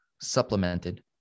supplemented